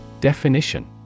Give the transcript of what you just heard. Definition